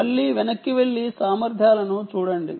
మళ్లీ వెనక్కి వెళ్లి సామర్థ్యాలను చూడండి